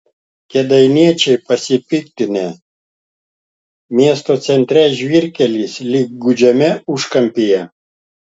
kėdainiečiai pasipiktinę miesto centre žvyrkelis lyg gūdžiame užkampyje